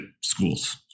schools